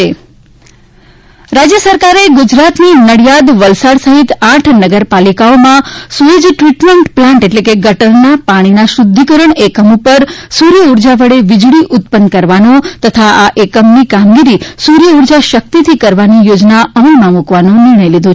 solar sewage plant રાજ્ય સરકારે ગુજરાતની નડિયાદ વલસાડ સહિત આઠ નગરપાલિકાઓમાં સુએઝ ટ્રીટમેન્ટ પ્લાન્ટ એટલે કે ગટરના પાણીના શુધ્ધિકરણ એકમ ઉપર સૂર્યઊર્જા વડે વીજળી ઉત્પન્ન કરવાનો તથા આ એકમની કામગીરી સૂર્ય ઊર્જાશક્તિથી કરવાની યોજના અમલમાં મૂકવાનો નિર્ણય લીધો છે